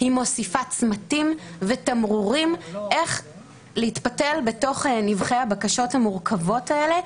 הוא מוסיף צמתים ותמרורים איך להתפתל בנבכי הבקשות המורכבות האלה,